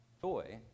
joy